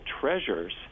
treasures